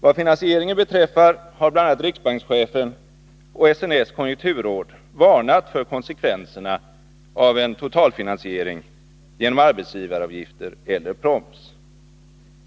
Vad finansieringen beträffar har bl.a. riksbankschefen och SNS konjunkturråd varnat för konsekvenserna av en totalfinansiering genom arbetsgivaravgifter eller proms.